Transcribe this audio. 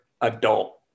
adult